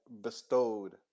bestowed